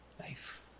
life